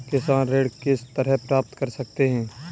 किसान ऋण किस तरह प्राप्त कर सकते हैं?